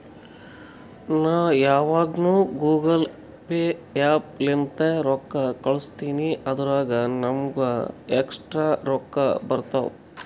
ನಾ ಯಾವಗ್ನು Google pay app ಲಿಂತೇ ರೊಕ್ಕಾ ಕಳುಸ್ತಿನಿ ಅದುರಾಗ್ ನಮ್ಮೂಗ ಎಕ್ಸ್ಟ್ರಾ ರೊಕ್ಕಾ ಬರ್ತಾವ್